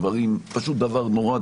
פשוט דבר נורא,